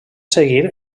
seguir